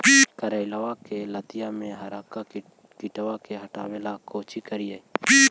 करेलबा के लतिया में हरका किड़बा के हटाबेला कोची करिए?